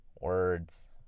words